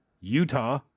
Utah